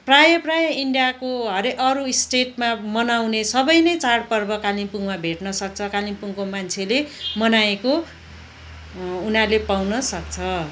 प्रायः प्रायः इन्डियाको हरे अरू स्टेटमा मनाउने सबै नै चाडपर्व कालिम्पोङमा भेट्न सक्छ कालिम्पोङको मान्छेले मनाएको उनीहरू ले पाउन सक्छ